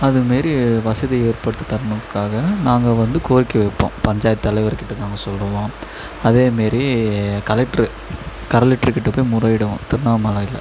அதுமாரி வசதியை ஏற்படுத்தி தரணும்றத்துக்காக நாங்கள் வந்து கோரிக்கை வைப்போம் பஞ்சாயத்து தலைவர்கிட்ட நாங்கள் சொல்லுவோம் அதே மாரி கலைக்டரு கலைக்டரு கிட்டப்போய் முறையிடுவோம் திர்ணாமலையில்